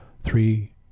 three